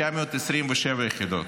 927 יחידות.